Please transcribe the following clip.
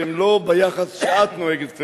שהם לא ביחס שאת נוהגת,